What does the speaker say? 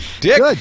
dick